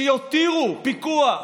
שיתירו פיקוח.